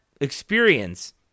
experience